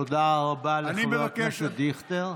תודה רבה לחבר הכנסת דיכטר.